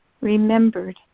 remembered